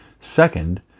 Second